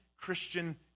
Christian